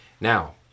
Now